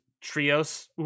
trios